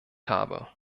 habe